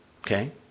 okay